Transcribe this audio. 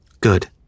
Good